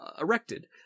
erected